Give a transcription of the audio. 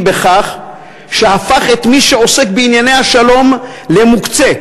היא בכך שהוא הפך את מי שעוסק בענייני השלום למוקצה,